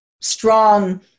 strong